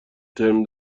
ترم